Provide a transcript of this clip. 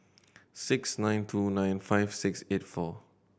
six nine two nine five six eight four